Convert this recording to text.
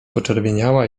poczerwieniała